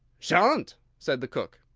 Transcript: sha'n't, said the cook.